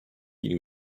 ihn